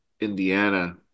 Indiana